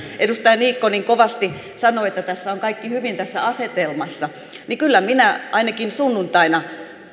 edustaja niikko niin kovasti sanoi että tässä asetelmassa on kaikki hyvin kyllä minä ainakin sunnuntaina